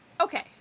Okay